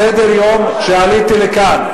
אבל אני קיבלתי את סדר-היום כשעליתי לכאן.